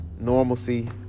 normalcy